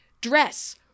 dress